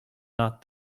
not